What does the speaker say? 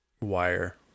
wire